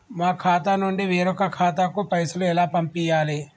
మా ఖాతా నుండి వేరొక ఖాతాకు పైసలు ఎలా పంపియ్యాలి?